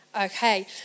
Okay